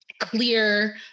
clear